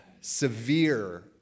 severe